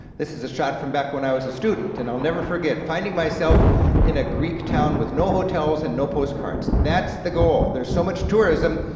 this is a shot from back when i was a student, and i'll never forget finding myself in a greek town with no hotels and no postcards, that's the goal. there's so much tourism,